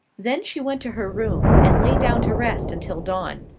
then she went to her room and lay down to rest until dawn.